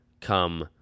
come